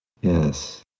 yes